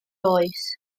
oes